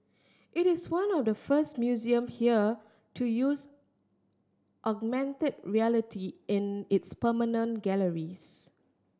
it is one of the first museums here to use augmented reality in its permanent galleries